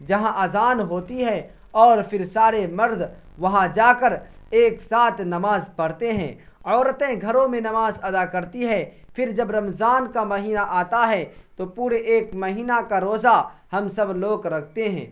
جہاں اذان ہوتی ہے اور پھر سارے مرد وہاں جا کر ایک ساتھ نماز پڑھتے ہیں عورتیں گھروں میں نماز ادا کرتی ہے پھر جب رمضان کا مہینہ آتا ہے تو پورے ایک مہینہ کا روزہ ہم سب لوگ رکھتے ہیں